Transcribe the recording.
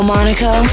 Monaco